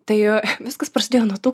tai viskas prasidėjo nuo tų